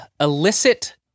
illicit